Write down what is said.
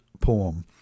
poem